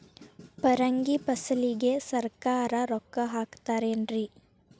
ಪರಂಗಿ ಫಸಲಿಗೆ ಸರಕಾರ ರೊಕ್ಕ ಹಾಕತಾರ ಏನ್ರಿ?